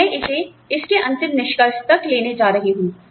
और मैं इसे इसके अंतिम निष्कर्ष तक लेने जा रही हूं